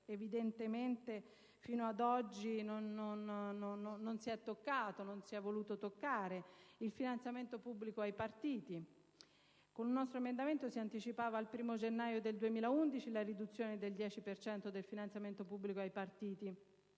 evidentemente fino ad oggi non si è voluto toccare: il finanziamento pubblico ai partiti. Con un nostro emendamento si anticipava al 1° gennaio 2011 la riduzione del 10 per cento del finanziamento pubblico ai partiti,